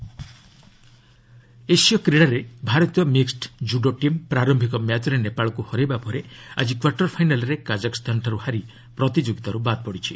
Asian games ଏସୀୟ କ୍ରୀଡ଼ାରେ ଭାରତୀୟ ମିକ୍ନଡ କୁଡୋ ଟିମ୍ ପ୍ରାରମ୍ଭିକ ମ୍ୟାଚ୍ରେ ନେପାଳକୁ ହରାଇବା ପରେ ଆଜି କ୍ୱାର୍ଟର ଫାଇନାଲ୍ରେ କାଜାକ୍ସ୍ଥାନଠାରୁ ହାରି ପ୍ରତିଯୋଗିତାରୁ ବାଦ୍ ପଡ଼ିଛି